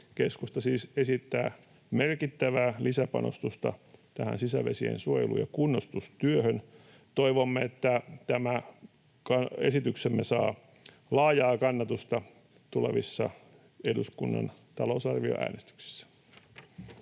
keskusta siis esittää merkittävää lisäpanostusta tähän sisävesien suojelu- ja kunnostustyöhön. Toivomme, että tämä esityksemme saa laajaa kannatusta tulevissa eduskunnan talousarvioäänestyksissä.